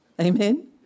Amen